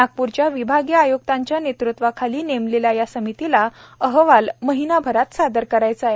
नागपूरच्या विभागीय आय्क्तांच्या नेतृत्वाखाली नेमलेल्या या समितीला अहवाल महिनाभरात सादर करायचा आहे